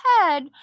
head